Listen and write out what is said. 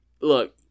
look